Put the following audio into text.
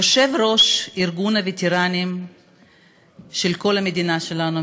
יושב-ראש ארגון הווטרנים של כל המדינה שלנו,